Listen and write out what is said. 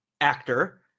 actor